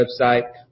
website